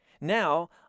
Now